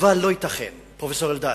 אבל לא ייתכן, פרופסור אלדד,